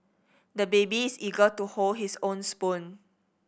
the baby is eager to hold his own spoon